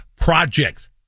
projects